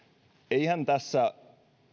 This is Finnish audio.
eihän tässä